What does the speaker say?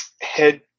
head